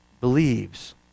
believes